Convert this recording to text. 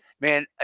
man